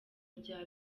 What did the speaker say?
rya